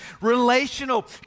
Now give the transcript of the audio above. relational